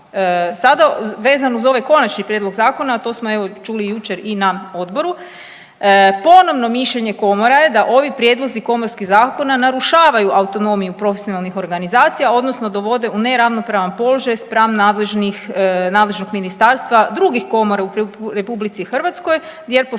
Sada vezano uz ovaj Konačni prijedlog zakona, a to smo evo, čuli i jučer na odboru. Ponovno mišljenje komora je da ovi prijedlozi komorskih zakona narušavaju autonomiju profesionalnih organizacija, odnosno dovode u neravnopravan položaj spran nadležnog ministarstva, drugih komora u RH jer postoje